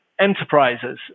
enterprises